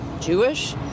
Jewish